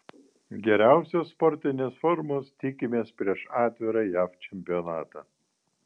geriausios sportinės formos tikimės prieš atvirą jav čempionatą